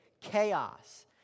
chaos